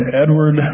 Edward